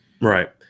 right